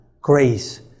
grace